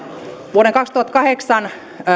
vuoden kaksituhattakahdeksan